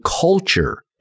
culture